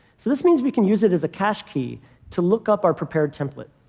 so this means we can use it as a cache key to look up our prepared template.